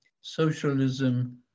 socialism